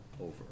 over